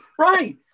right